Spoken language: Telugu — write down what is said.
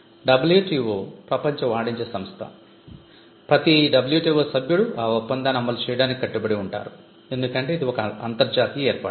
WTO ప్రపంచ వాణిజ్య సంస్థ ప్రతి WTO సభ్యుడు ఆ ఒప్పందాన్ని అమలు చేయడానికి కట్టుబడి ఉంటారు ఎందుకంటే ఇది ఒక అంతర్జాతీయ ఏర్పాటు